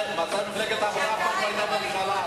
מפלגת העבודה עושה הרבה רעש,